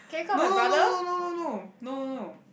no no no no no no no no no no